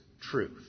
truth